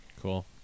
Cool